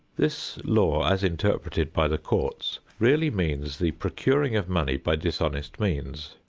this law, as interpreted by the courts, really means the procuring of money by dishonest means.